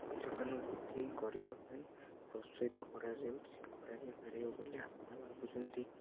ପର୍ଯ୍ୟଟନ ବୃଦ୍ଧି କରିବା ପାଇଁ ପ୍ରୋତ୍ସାହିତ କରାଯାଉଛି କରାଯାଇପାରିବ ବୋଲି ଆପଣ ଭାବୁଛନ୍ତି